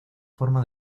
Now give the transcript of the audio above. forma